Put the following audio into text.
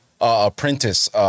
apprentice